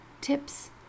tips